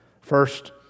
First